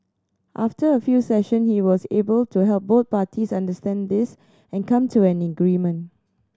after a few session he was able to help both parties understand this and come to an agreement